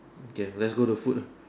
okay let's go the food